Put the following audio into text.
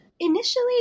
Initially